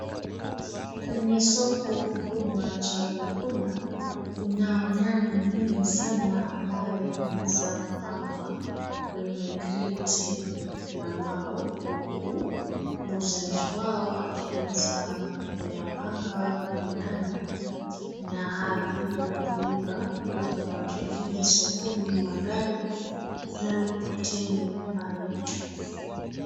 Kwenye soko kubwa cha vyakula, kunao nyanya nyingi sana ambayo yameweza kupangwa kwenye kreti vya mbao, huku muuzaji wao akiweza kuyapanga kulingana na hali ya kuiva. Pia kuna watu wengine sokoni, magari, na mikokoteni pale.